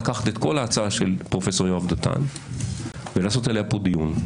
לקחת את כל ההצעה של פרופסור יואב דותן ולעשות עליה כאן דיון.